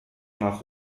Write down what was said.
nach